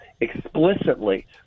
explicitly